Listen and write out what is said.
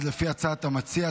אז לפי הצעת המציע,